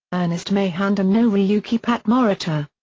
ernest mayhand and noriyuki pat morita.